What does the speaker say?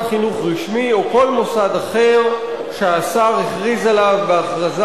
חינוך רשמי או כל מוסד אחר שהשר הכריז עליו בהכרזה